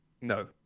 No